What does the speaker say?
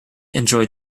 enjoy